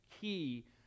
key